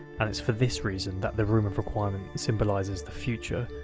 and it's for this reason that the room of requirement symbolises the future,